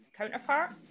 counterpart